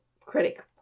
Critic